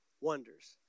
wonders